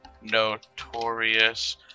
notorious